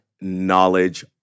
knowledge